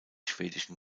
schwedischen